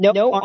no